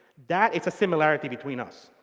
that is a similarity between us.